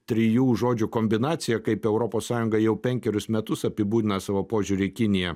trijų žodžių kombinacija kaip europos sąjunga jau penkerius metus apibūdina savo požiūrį į kiniją